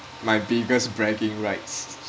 my biggest bragging rights